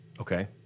Okay